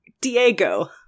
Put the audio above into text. diego